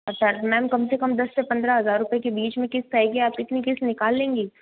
अच्छा मैम कम से कम दस से पंद्रह हज़ार रूपए के बीच में किश्त आएगी आप इतनी किश्त निकाल लेंगी